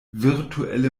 virtuelle